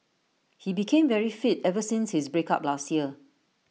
he became very fit ever since his break up last year